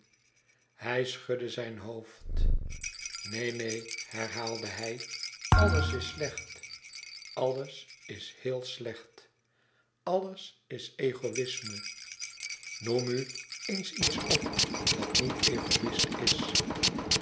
hij schudde zijn hoofd neen neen herhaalde hij alles is slecht alles is heel slecht alles is egoïsme noem u eens iets op dat niet egoïst is